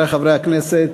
חברי חברי הכנסת,